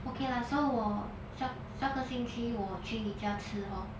okay lah so 我下下个星期我去你家吃 hor